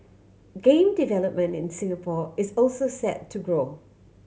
game development in Singapore is also set to grow